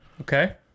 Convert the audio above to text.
Okay